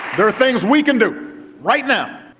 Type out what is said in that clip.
there are things we can do right now.